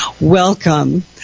welcome